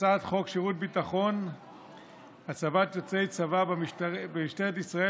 הצעת חוק שירות ביטחון (הצבת יוצאי צבא במשטרת ישראל